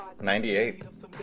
98